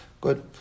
Good